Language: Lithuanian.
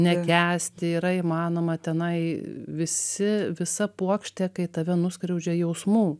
nekęsti yra įmanoma tenai visi visa puokštė kai tave nuskriaudžia jausmų